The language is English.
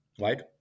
right